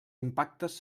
impactes